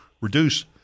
reduce